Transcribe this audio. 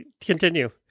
continue